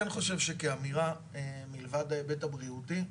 לדעתי, מלבד ההיבט הבריאותי,